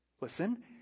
listen